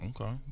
Okay